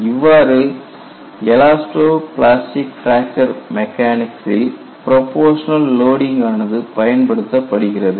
இவ்வாறு elasto plastic fracture மெக்கானிக்சில் proportional loading ஆனது பயன்படுத்தப்படுகிறது